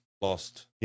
lost